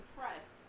impressed